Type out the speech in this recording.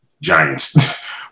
giants